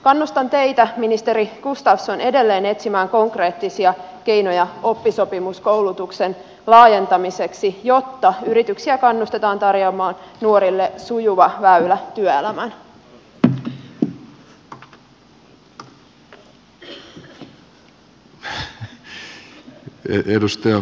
kannustan teitä ministeri gustafsson edelleen etsimään konkreettisia keinoja oppisopimuskoulutuksen laajentamiseksi jotta yrityksiä kannustetaan tarjoamaan nuorille sujuva väylä työelämään